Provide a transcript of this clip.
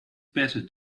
better